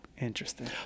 Interesting